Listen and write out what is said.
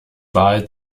wahl